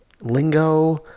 lingo